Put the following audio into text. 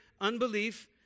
unbelief